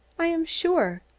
i am sure.